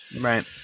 right